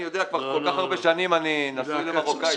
כבר כל כך הרבה שנים אני נשוי למרוקאית.